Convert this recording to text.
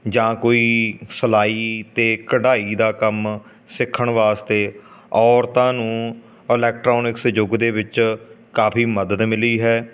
ਜਾਂ ਕੋਈ ਸਿਲਾਈ ਅਤੇ ਕਢਾਈ ਦਾ ਕੰਮ ਸਿੱਖਣ ਵਾਸਤੇ ਔਰਤਾਂ ਨੂੰ ਇਲੈਕਟ੍ਰੋਨਿਕਸ ਯੁੱਗ ਦੇ ਵਿੱਚ ਕਾਫੀ ਮਦਦ ਮਿਲੀ ਹੈ